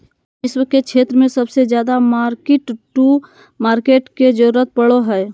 वित्त के क्षेत्र मे सबसे ज्यादा मार्किट टू मार्केट के जरूरत पड़ो हय